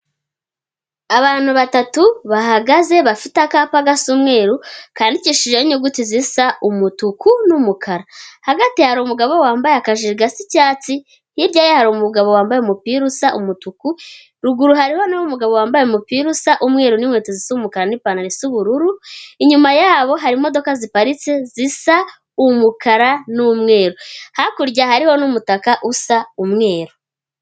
Abantu batatu bahagaze, bafite akapa gasa umweru, kandikishijeho inyuguti zisa umutuku n'umukara. Hagati hari umugabo wambaye akajire gasa icyatsi, hirya ye hari umugabo wambaye umupira usa umutuku, ruguru hari na ho umugabo wambaye umupira usa umweru n'inkweto zisa umukara n'ipantaro isa ubururu, inyuma yabo hari imodoka ziparitse zisa umukara n'umweru. Hakurya hariho n'umutaka usa umweru.